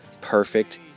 perfect